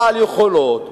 בעל יכולות,